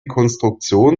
konstruktion